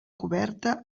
coberta